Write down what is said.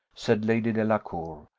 said lady delacour.